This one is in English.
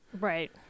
right